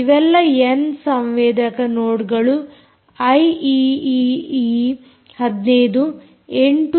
ಇವೆಲ್ಲಾ ಎನ್ ಸಂವೇದಕ ನೋಡ್ಗಳು ಐಈಈಈ 15 802